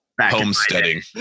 homesteading